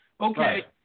okay